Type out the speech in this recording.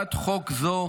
הצעת חוק זו